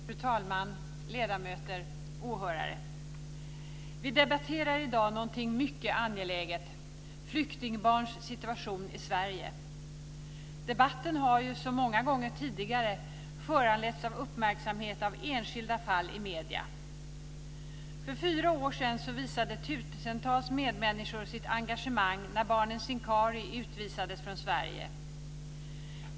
Fru talman! Ledamöter! Åhörare! Vi debatterar i dag någonting mycket angeläget, nämligen flyktingbarns situation i Sverige. Debatten har ju, som många gånger tidigare, föranletts av uppmärksamhet av enskilda fall i medierna. För fyra år sedan visade tusentals medmänniskor sitt engagemang när barnen Sincari utvisades från Sverige.